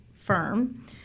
firm